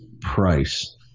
price